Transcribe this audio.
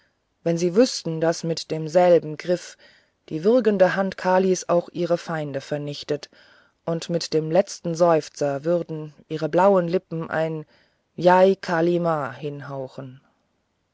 wenn sie wüßten daß mit demselben griff die würgende hand kalis auch ihre feinde vernichtet und mit dem letzten seufzer würden ihre blauen lippen ein jai kali m